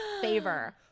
favor